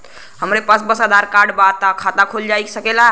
हमरे पास बस आधार कार्ड बा त खाता खुल सकेला?